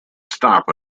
stop